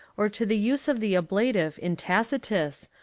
or to the use of the ablative in tacitus,